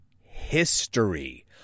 history